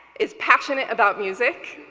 is passionate about music.